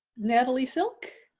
natalie silk.